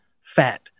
fat